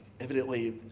Evidently